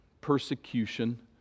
persecution